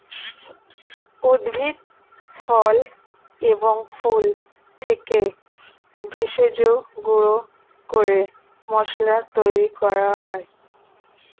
উদ্ভিদ, ফল এবং ফুল থেকে ভেষজ গুঁড়ো করে মশলা তৈরি করা হয়